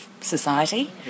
society